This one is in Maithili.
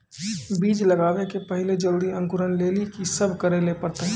बीज लगावे के पहिले जल्दी अंकुरण लेली की सब करे ले परतै?